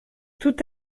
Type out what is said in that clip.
tout